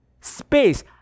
space